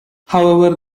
however